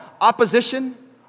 Opposition